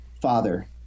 father